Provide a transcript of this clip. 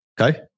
Okay